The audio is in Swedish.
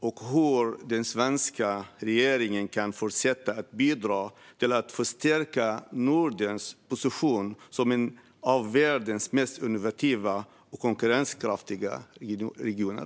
Och hur kan den svenska regeringen fortsätta bidra till att förstärka Nordens position som en av världens mest innovativa och konkurrenskraftiga regioner?